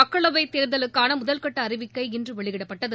மக்களவை தேர்தலுக்கான முதல்கட்ட அறிவிக்கை இன்று வெளியிடப்பட்டது